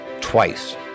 twice